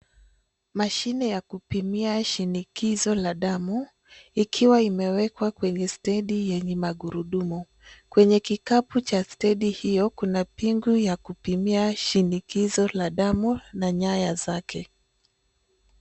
Mashine ya kupimia shinikizo la damu, ikiwa imewekwa kwenye stendi yenye magurudumu. Kwenye kikapu cha stendi hiyo, kuna pingu ya kupimia shinikizo la damu na nyaya zake.